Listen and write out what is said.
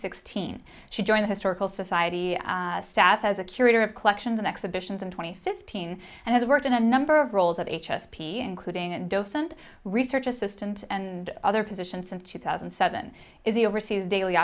sixteen she joined historical society staff as a curator of collections in exhibitions and twenty fifteen and has worked in a number of roles at h s p including an docent research assistant and other position since two thousand and seven is the overseas daily